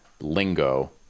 lingo